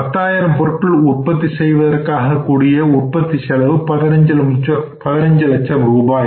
10000 பொருட்கள் உற்பத்தி செய்வதற்காக கூடிய உற்பத்தி செலவு 15 லட்சம் ரூபாய்